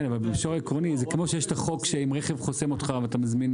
במישור העקרוני זה כמו שיש את החוק שאם רכב חוסם אותך ואתה מזמין